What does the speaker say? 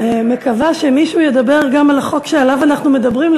מקווה שמישהו ידבר גם על החוק שעליו אנחנו מדברים,